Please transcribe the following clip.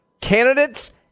candidates